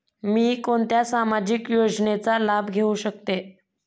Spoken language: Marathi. मी कोणत्या सामाजिक योजनेचा लाभ घेऊ शकते?